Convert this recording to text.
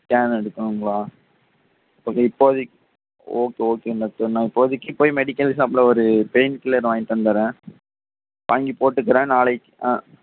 scan எடுக்கணுங்களா இப்போதைக்கு okay okay doctor நான் இப்போதைக்கு போய் மெடிக்கல் ஷாப்பில் ஒரு பெயின் கில்லர் வாங்கிட்டு வந்துடறேன் வாங்கி போட்டுக்கிறேன் நாளைக்கு ஆ